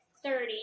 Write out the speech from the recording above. thirty